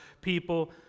people